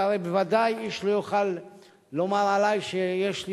והרי בוודאי איש לא יוכל לומר עלי שיש לי